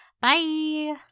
Bye